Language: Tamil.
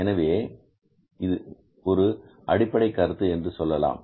எனவே இது ஒரு அடிப்படை கருத்து என்று சொல்லலாம்